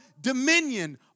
dominion